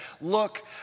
look